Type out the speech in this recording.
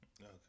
okay